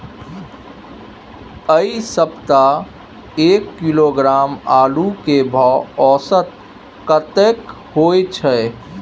ऐ सप्ताह एक किलोग्राम आलू के भाव औसत कतेक होय छै?